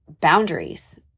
boundaries